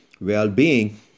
well-being